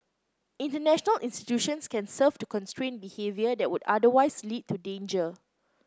international institutions can serve to constrain behaviour that would otherwise lead to danger